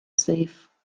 safe